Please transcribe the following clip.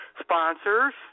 Sponsors